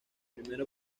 primero